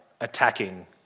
attacking